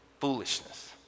foolishness